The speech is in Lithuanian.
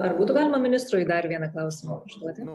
ar būtų galima ministrui dar vieną klausimą užduoti